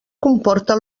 comporta